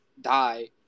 die